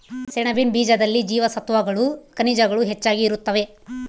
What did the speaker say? ಸೆಣಬಿನ ಬೀಜದಲ್ಲಿ ಜೀವಸತ್ವಗಳು ಖನಿಜಗಳು ಹೆಚ್ಚಾಗಿ ಇರುತ್ತವೆ